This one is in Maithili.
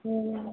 हुँ